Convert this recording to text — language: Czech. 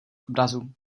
obrazu